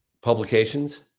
publications